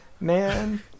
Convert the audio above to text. man